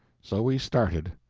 so we started.